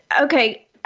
Okay